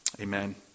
Amen